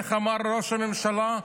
איך אמר ראש הממשלה?